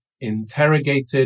interrogated